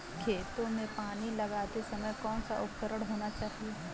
खेतों में पानी लगाते समय कौन सा उपकरण होना चाहिए?